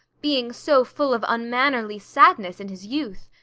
being so full of unmannerly sadness in his youth.